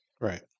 Right